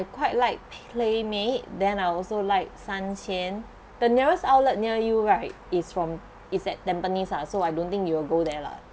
I quite like playmade then I also like san qian the nearest outlet near you right is from is at tampines lah so I don't think you will go there lah